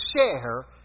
share